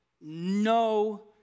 no